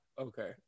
okay